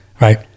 right